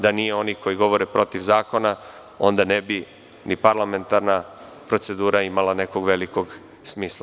Jer, da nije onih koji govore protiv zakona onda ne bi ni parlamentarna procedura imala nekog velikog smisla.